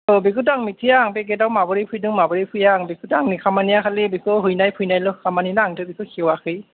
औ बेखौथ' आं मिथिया पेकेताव माबोरै फैदों माबोरै फैया आं बेखौथ' आंनि खामानिया खालि बेखौ हैनाय फैनायल' खामानि ना आंथ' बेखौ खेवाखै